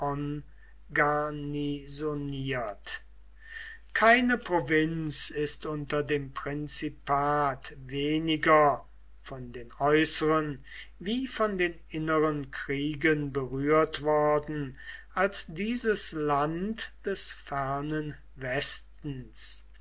keine provinz ist unter dem prinzipat weniger von den äußeren wie von den inneren kriegen berührt worden als dieses land des fernen westens